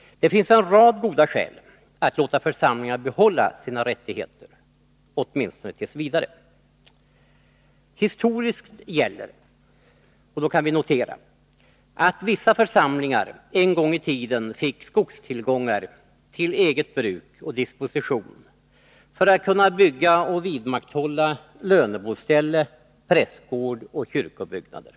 Det finns en rad goda skäl att låta församlingarna behålla sina rättigheter, åtminstone t. v. Historiskt gäller att vissa församlingar på sin tid fick skogstillgångar till eget bruk och disposition för att kunna bygga och vidmakthålla löneboställe, prästgård och kyrkobyggnader.